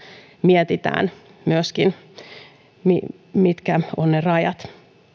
mietitään myöskin että mitkä ovat ne rajat